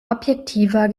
objektiver